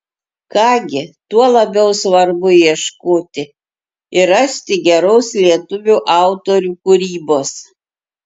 ką gi tuo labiau svarbu ieškoti ir rasti geros lietuvių autorių kūrybos